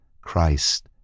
Christ